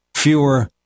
Fewer